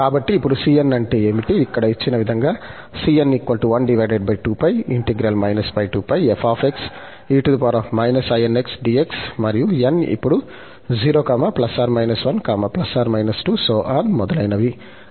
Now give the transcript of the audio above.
కాబట్టి ఇప్పుడు cn అంటే ఏమిటి ఇక్కడ ఇచ్చిన విధంగా మరియు n ఇప్పుడు మొదలైనవి